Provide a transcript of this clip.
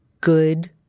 good